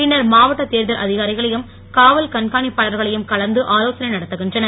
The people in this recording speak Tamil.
பின்னர் மாவட்ட தேர்தல் அதிகாரிகளையும் காவல் கண்காணிப்பாளர்களை கலந்து ஆலோசனை நடத்துகின்றனர்